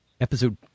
episode